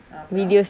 அப்புறம்:appuram